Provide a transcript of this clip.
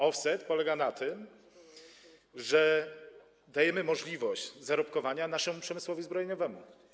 Offset polega na tym, że dajemy możliwość zarobkowania naszemu przemysłowi zbrojeniowemu.